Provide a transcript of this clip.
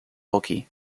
hockey